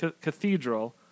cathedral